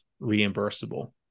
reimbursable